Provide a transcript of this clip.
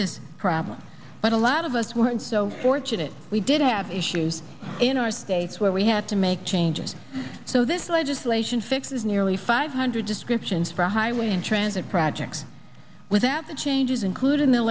this problem but a lot of us weren't so fortunate we did have issues in our states where we had to make changes so this legislation fixes nearly five hundred descriptions for highway and transit projects without the changes includ